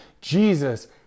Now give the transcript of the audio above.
Jesus